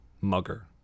mugger